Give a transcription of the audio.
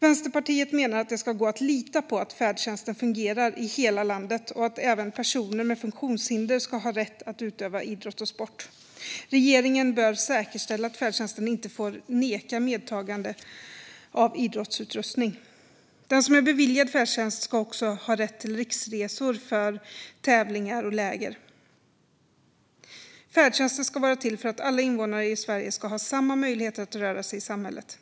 Vänsterpartiet menar att det ska gå att lita på att färdtjänsten fungerar i hela landet och att även personer med funktionshinder ska ha rätt att utöva idrott. Regeringen bör säkerställa att färdtjänsten inte får neka medtagande av idrottsutrustning. Den som är beviljad färdtjänst ska också ha rätt till riksresor för tävlingar och läger. Färdtjänsten ska vara till för att alla invånare i Sverige ska ha samma möjligheter att röra sig i samhället.